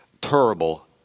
terrible